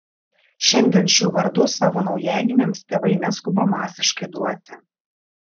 šiandien šių vardų savo naujagimiams tėvai neskuba masiškai duoti